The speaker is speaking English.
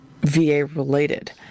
VA-related